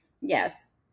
Yes